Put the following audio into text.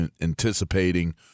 anticipating